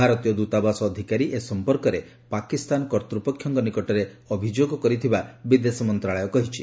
ଭାରତୀୟ ଦୃତାବାସ ଅଧିକାରୀ ଏ ସଂପର୍କରେ ପାକିସ୍ତାନ କର୍ତ୍ତୃପକ୍ଷଙ୍କ ନିକଟରେ ଅଭିଯୋଗ କରିଥିବା ବିଦେଶ ମନ୍ତ୍ରାଳୟ କହିଛି